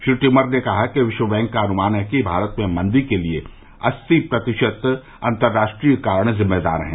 Shri Timmer ने कहा कि विश्व बैंक का अनुमान है कि भारत में मंदी के लिए अस्सी प्रतिशत अंतर्राष्ट्रीय कारण जिम्मेदार हैं